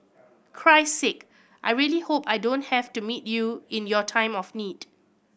Christ Sake I really hope I don't have to meet you in your time of need